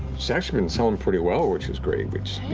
it's actually been selling pretty well, which was great. which, you